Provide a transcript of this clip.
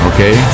Okay